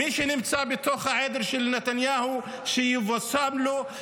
מי שנמצא בתוך העדר של נתניהו, שיבושם לו.